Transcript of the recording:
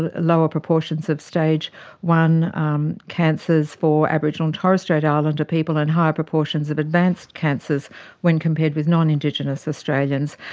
ah lower proportions of stage i um cancers for aboriginal and torres strait islander people and higher proportions of advanced cancers when compared with non-indigenous australians.